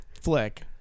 flick